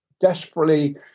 desperately